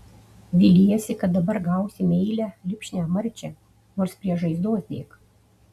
viliesi kad dabar gausi meilią lipšnią marčią nors prie žaizdos dėk